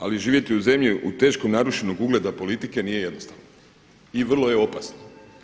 Ali živjeti u zemlji u teškom narušenog ugleda politike nije jednostavno i vrlo je opasno.